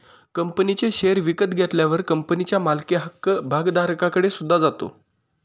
कंपनीचे शेअर विकत घेतल्यावर कंपनीच्या मालकी हक्क भागधारकाकडे सुद्धा जातो